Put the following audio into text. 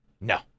No